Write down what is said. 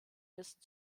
wissen